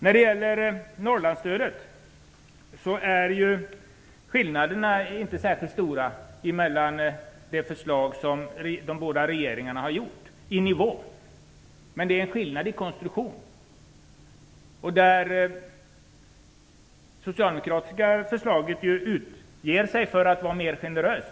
När det gäller Norrlandsstödet är skillnaderna inte särskilt stora mellan de förslag som de båda regeringarna framlagt om man ser till nivån. Men det är en skillnad i konstruktion. Det socialdemokratiska förslaget utger sig för att vara mer generöst.